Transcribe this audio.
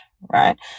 right